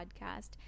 podcast